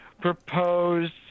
proposed